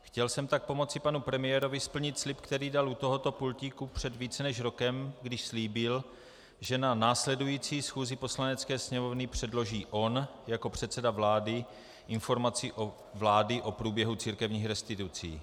Chtěl jsem tak pomoci panu premiérovi splnit slib, který dal u tohoto pultíku před více než rokem, když slíbil, že na následující schůzi Poslanecké sněmovny předloží on jako předseda vlády informaci vlády o průběhu církevních restitucí.